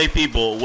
people